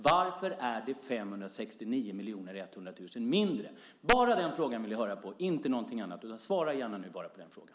Varför är det 569 100 000 kr mindre? Bara den frågan vill jag höra ett svar på - ingenting annat! Svara gärna nu bara på den frågan!